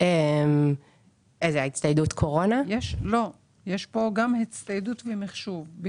יש פה הצטיידות במחשוב.